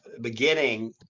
beginning